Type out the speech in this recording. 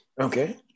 Okay